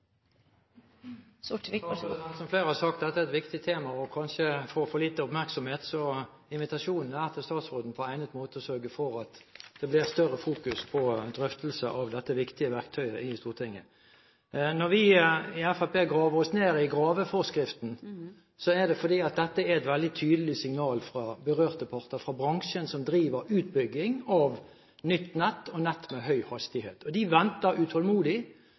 et viktig tema som kanskje får for lite oppmerksomhet, så invitasjonen til statsråden er på egnet måte å sørge for at det blir større fokus på en drøftelse i Stortinget når det gjelder dette viktige verktøyet. Når vi i Fremskrittpartiet graver oss ned i graveforskriften, er det fordi det er et veldig tydelig signal fra berørte parter, fra bransjen som driver utbygging av nytt nett og nett med høy hastighet. De venter utålmodig.